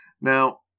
Now